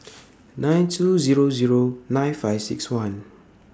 nine two Zero Zero nine five six one